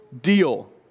deal